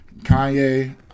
Kanye